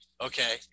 Okay